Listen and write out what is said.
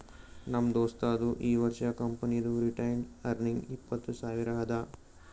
ನಮ್ ದೋಸ್ತದು ಈ ವರ್ಷ ಕಂಪನಿದು ರಿಟೈನ್ಡ್ ಅರ್ನಿಂಗ್ ಇಪ್ಪತ್ತು ಸಾವಿರ ಅದಾ